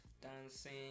dancing